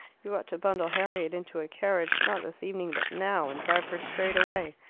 you ought to bundle harriet into a carriage, not this evening, but now, and drive her straight away.